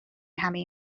همه